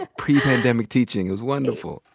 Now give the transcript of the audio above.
ah pre-pandemic teaching. it's wonderful.